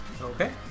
Okay